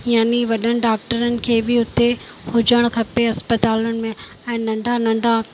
याने वॾनि डॉक्टरनि खे बि उते हुजणु खपे अस्पतालुनि में ऐं नंढा नंढा